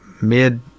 mid